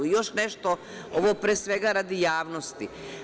Još nešto, ovo pre svega radi javnosti.